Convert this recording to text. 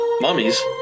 mummies